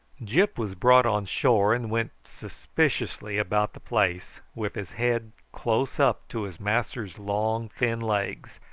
gyp was brought on shore, and went suspiciously about the place with his head close up to his master's long thin legs,